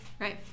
Right